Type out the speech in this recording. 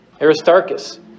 Aristarchus